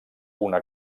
una